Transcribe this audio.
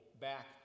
back